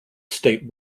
state